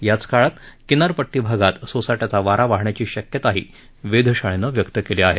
याकाळात किनारपट्टी भागात सोसाट्याचा वारा वाहण्याची शक्यता वेधशाळेनं व्यक्त केली आहे